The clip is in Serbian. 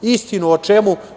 Istinu o čemu?